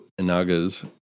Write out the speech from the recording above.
Inaga's